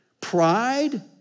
Pride